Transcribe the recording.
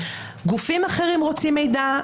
גופים אחרים רוצים מידע,